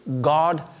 God